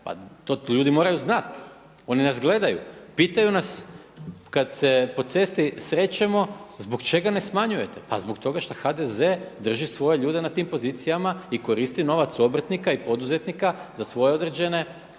pa to ljudi moraju znati, oni nas gledaju. Pitanju nas kada se po cesti srećemo zbog čega ne smanjujete, pa zbog toga šta HDZ drži svoje ljude na tim pozicijama i koristi novac obrtnika i poduzetnika za svoje određena